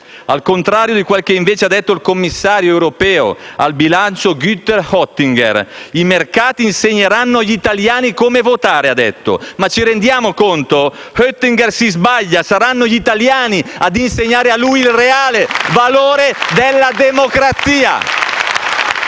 al contrario di quel che invece ha detto il commissario europeo al bilancio, Günther Oettinger: «I mercati insegneranno agli italiani come votare». Ma ci rendiamo conto? Oettinger si sbaglia: saranno gli italiani ad insegnare a lui il reale valore della democrazia.